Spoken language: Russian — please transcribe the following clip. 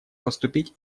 поступить